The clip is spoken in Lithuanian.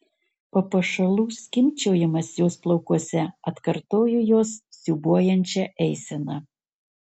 papuošalų skimbčiojimas jos plaukuose atkartojo jos siūbuojančią eiseną